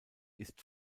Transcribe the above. ist